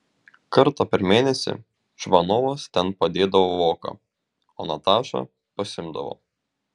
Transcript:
kartą per mėnesį čvanovas ten padėdavo voką o natašą pasiimdavo